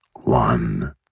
one